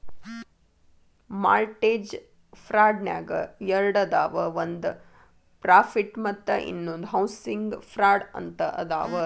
mortgage ಫ್ರಾಡ್ನ್ಯಾಗ ಎರಡದಾವ ಒಂದ್ ಪ್ರಾಫಿಟ್ ಮತ್ತ ಇನ್ನೊಂದ್ ಹೌಸಿಂಗ್ ಫ್ರಾಡ್ ಅಂತ ಅದಾವ